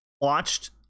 watched